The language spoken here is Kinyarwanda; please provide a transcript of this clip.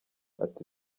ati